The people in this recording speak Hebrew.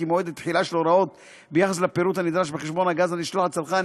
מועד התחילה של ההוראות ביחס לפירוט הנדרש בחשבון הגז הנשלח לצרכן,